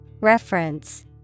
Reference